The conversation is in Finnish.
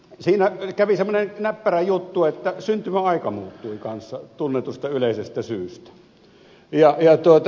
siinä kävi semmoinen näppärä juttu että syntymäaika muuttui kanssa tunnetusta yleisestä syystä